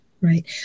Right